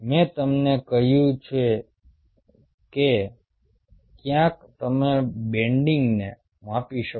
મેં તમને કહ્યું છે કે ક્યાંક તમે બેન્ડિંગને માપી શકો